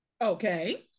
Okay